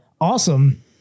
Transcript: Awesome